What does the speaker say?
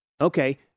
Okay